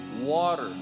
water